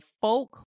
folk